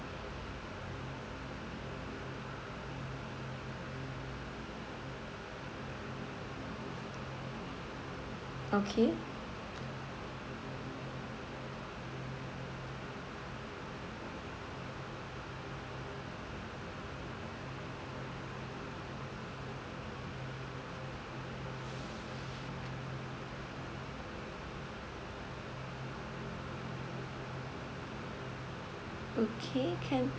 okay okay can